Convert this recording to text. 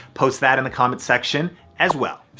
post that in the comments section as well.